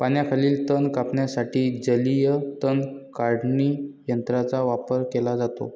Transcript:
पाण्याखालील तण कापण्यासाठी जलीय तण काढणी यंत्राचा वापर केला जातो